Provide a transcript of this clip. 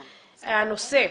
הנושא: